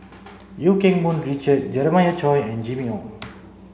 Eu Keng Mun Richard Jeremiah Choy and Jimmy Ong